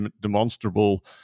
demonstrable